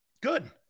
good